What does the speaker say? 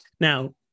Now